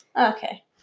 Okay